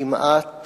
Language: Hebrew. כמעט